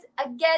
Again